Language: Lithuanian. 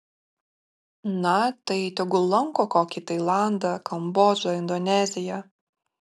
na tai tegul lanko kokį tailandą kambodžą indoneziją